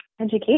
education